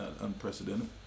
unprecedented